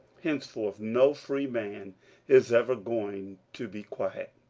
henceforth no freeman is ever going to be quiet.